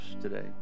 today